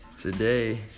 Today